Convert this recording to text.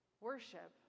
Worship